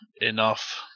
Enough